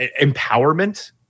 empowerment